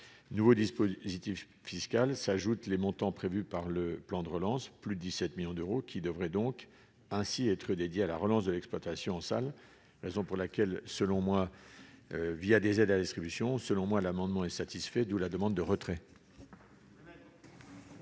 nouveau dispositif fiscal s'ajoutent les montants prévus par le plan de relance plus 17 millions d'euros qui devrait donc ainsi être dédié à la relance de l'exploitation en salles, raison pour laquelle, selon moi, via des aides à la distribution, selon moi, l'amendement est satisfait, d'où la demande de retrait.